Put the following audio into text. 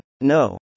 No